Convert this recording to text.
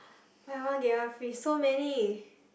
buy one get one free so many